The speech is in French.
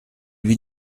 lui